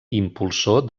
impulsor